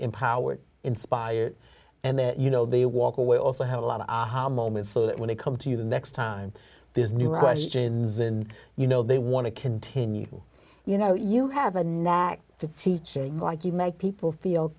empowered inspired and then you know they walk away also have a lot of aha moments so that when they come to you the next time there's new russians in you know they want to continue you know you have a knack for teaching like you make people feel